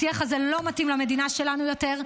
השיח הזה לא מתאים למדינה שלנו יותר,